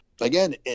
again